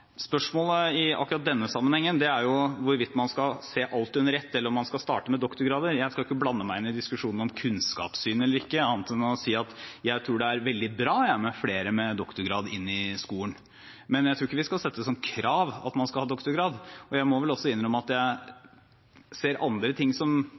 Spørsmålet i akkurat denne sammenhengen er hvorvidt man skal se alt under ett, eller om man skal starte med doktorgrader. Jeg skal ikke blande meg inn i diskusjonen om kunnskapssyn eller ikke, annet enn å si at jeg tror det er veldig bra med flere